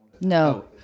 No